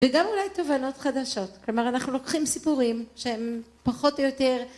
וגם אולי תובנות חדשות, כלומר אנחנו לוקחים סיפורים שהם פחות או יותר